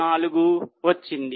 24 వచ్చింది